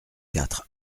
quatre